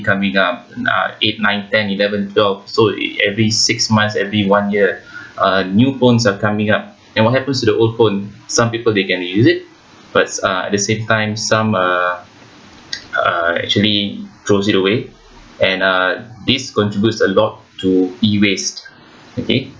coming out uh eight nine ten eleven twelve so e~ every six months every one year uh new phones are coming out and what happens to the old phones some people they can reuse it but uh at the same time some uh uh actually throws it away and uh this contribute a lot to E waste okay